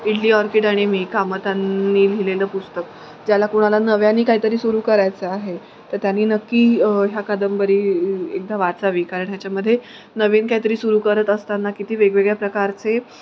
idli orchid आणि मी कामतांनी लिहिलेलं पुस्तक ज्याला कुणाला नव्याने काहीतरी सुरू करायचं आहे तर त्यांनी नक्की ह्या कादंबरी एकदा वाचावी कारण ह्याच्यामध्ये नवीन काहीतरी सुरू करत असताना किती वेगवेगळ्या प्रकारचे